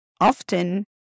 often